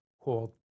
called